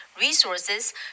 resources